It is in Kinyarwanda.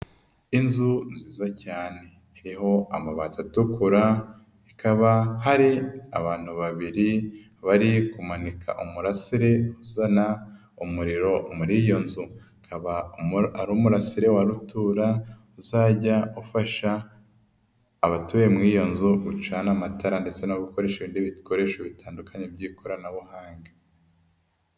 Inzu cyane iriho amabati atukura, ikaba hari abantu babiri bari kumanika umurasire uzana umuriro muri iyo nzu, ukaba ari umurasire wa rutura uzajya ufasha abatuye muri iyo nzu ucana amatara ndetse no gukoresha ibindi bikoresho bitandukanye by'ikoranabuhanga.